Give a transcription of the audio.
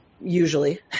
usually